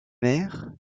mère